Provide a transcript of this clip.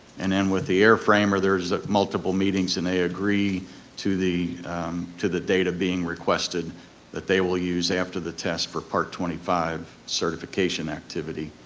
and then with the airframer there's ah multiple meetings and they agree to the to the data being requested that they will use after the test for part twenty five certification activity.